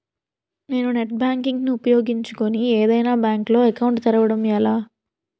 నేను net banking ను ఉపయోగించుకుని ఏదైనా బ్యాంక్ లో అకౌంట్ తెరవడం ఎలా?